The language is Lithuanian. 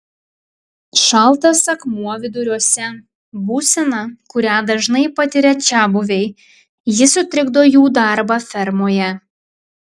šaltas akmuo viduriuose būsena kurią dažnai patiria čiabuviai ji sutrikdo jų darbą fermoje